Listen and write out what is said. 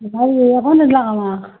ভাল এইখনতে যাম আৰু